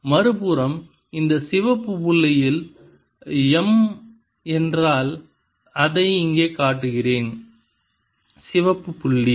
மறுபுறம் இந்த சிவப்பு புள்ளியில் M என்றால் அதை இங்கே காட்டுகிறேன் சிவப்பு புள்ளி